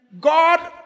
God